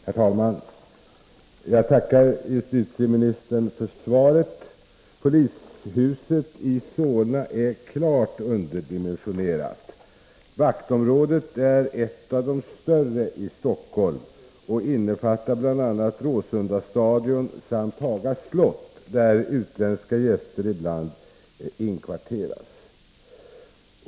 Herr talman! Jag tackar justitieministern för svaret. Polishuset i Solna är klart underdimensionerat. Vaktområdet är ett av de större i Stockholm och innefattar bl.a. Råsundastadion samt Haga slott, där utländska gäster ibland inkvarteras.